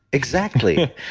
exactly.